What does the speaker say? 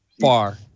far